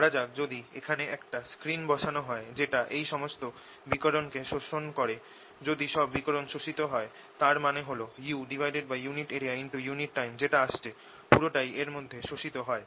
ধরা যাক যদি এখানে একটা স্ক্রীন বসানো হয় যেটা এই সমস্ত বিকিরণ কে শোষণ করে যদি সব বিকিরণ শোষিত হয় তার মানে হল uunit areaunit time যেটা আসছে পুরোটাই এটার মধ্যে শোষিত হয়